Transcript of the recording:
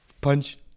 Punch